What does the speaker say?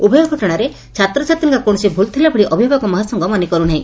ଉଭୟ ଘଟଶାରେ ଛାତ୍ରଛାତ୍ରୀଙ୍କର କୌଶସି ଭୁଲ ଥିଲା ଭଳି ଅଭିଭାବକ ମହାସଂଘ ମନେ କରୁନାହି